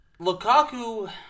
Lukaku